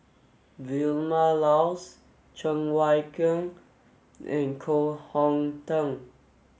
Vilma Laus Cheng Wai Keung and Koh Hong Teng